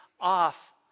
off